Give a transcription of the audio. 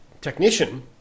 technician